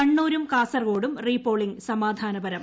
കണ്ണൂരും കാസർകോടും re polling സമാധാനപരം